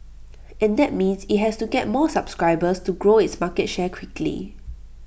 and that means IT has to get more subscribers and grow its market share quickly